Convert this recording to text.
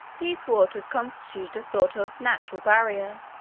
these waters constituted a sort of natural barrier,